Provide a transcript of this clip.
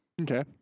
Okay